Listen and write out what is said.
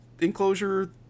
enclosure